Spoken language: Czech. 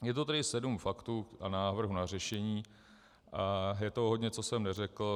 Je to tedy sedm faktů a návrhů na řešení a je toho hodně, co jsem neřekl.